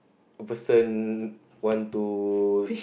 a person want to